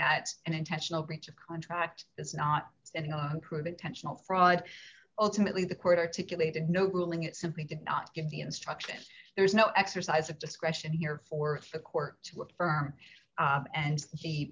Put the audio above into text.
that an intentional breach of contract is not in our group intentional fraud ultimately the court articulated no ruling it simply did not give the instruction there is no exercise of discretion here for the court to affirm and he